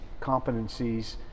competencies